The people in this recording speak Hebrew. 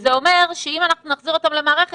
וזה אומר שאם אנחנו נחזיר אותם למערכת